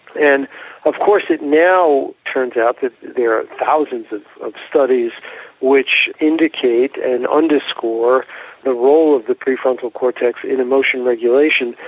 and of course it now turns out that there are thousands of of studies which indicate and underscore the role of the pre-frontal cortex in emotion regulation,